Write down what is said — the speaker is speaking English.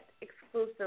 exclusive